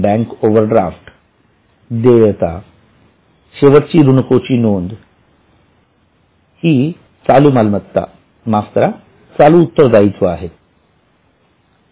bank overdraft देयता शेवटची ऋणको ची नोंद हि चालू मालमता माफ करा चालू उत्तरदायित्व आहेत